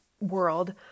world